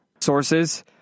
sources